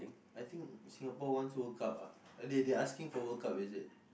I think Singapore wants World-Cup ah they they asking for World-Cup is it